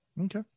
Okay